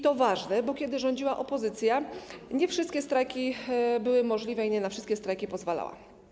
To ważne, bo kiedy rządziła opozycja, nie wszystkie strajki były możliwe i nie na wszystkie strajki pozwalała.